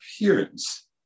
appearance